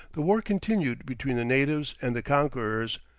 the war continued between the natives and the conquerors,